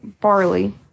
barley